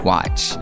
Watch